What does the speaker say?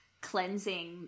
cleansing